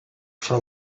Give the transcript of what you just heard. for